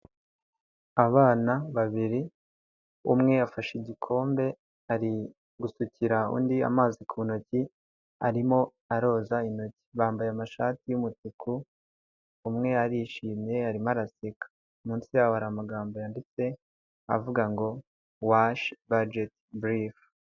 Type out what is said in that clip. Abana babiri, umwe afashe igikombe, ari gusukira undi amazi ku ntoki, arimo aroza intoki. Bambaye amashati y'umutuku, umwe yarishimye, arimo araseka. Munsi yaho hari amagambo yanditse, avuga ngo "Washi bajeti burifu".